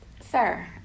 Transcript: Sir